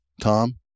Tom